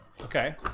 okay